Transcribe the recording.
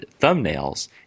thumbnails